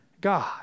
God